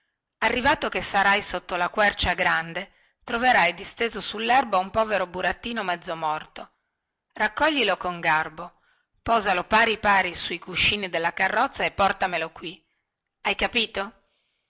arrivato che sarai sotto la quercia grande troverai disteso sullerba un povero burattino mezzo morto raccoglilo con garbo posalo pari pari su i cuscini della carrozza e portamelo qui hai capito